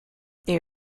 they